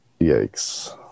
yikes